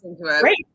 great